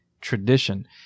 tradition